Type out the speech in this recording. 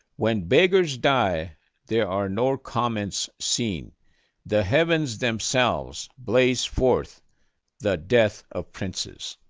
when beggars die there are no comets seen the heavens themselves blaze forth the death of princes.